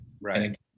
Right